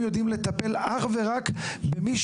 הדבר הראשון, העלייה.